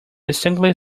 distinctly